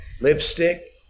lipstick